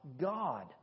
God